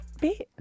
bit